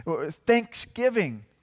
Thanksgiving